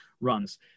runs